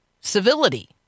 Civility